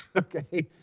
ok.